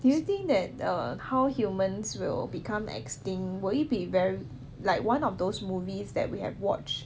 do you think that err how humans will become extinct will it be very like one of those movies that we have watched